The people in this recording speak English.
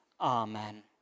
Amen